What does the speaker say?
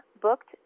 Booked